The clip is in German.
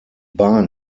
bahn